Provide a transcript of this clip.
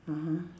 (uh huh)